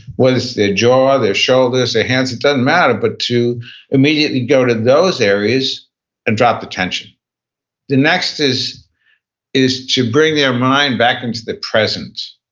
their jaw, their shoulders, their hands, it doesn't matter, but to immediately go to those areas and drop the tension the next is is to bring their mind back into the present,